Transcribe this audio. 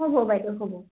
হ'ব বাইদেউ হ'ব